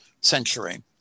century